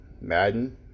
Madden